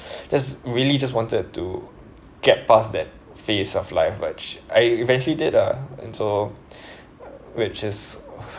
there's really just wanted to get past that phase of life which I eventually did ah and so which is